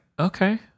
Okay